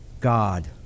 God